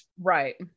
Right